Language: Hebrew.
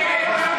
מספיק.